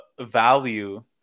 value